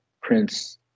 Prince